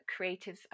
creatives